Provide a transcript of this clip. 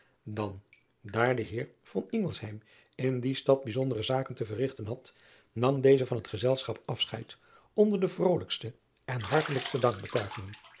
dan daar de eer in die stad bijzondere zaken te verrigten had nam deze van het gezelschap afscheid onder de vrolijkste en hartelijkste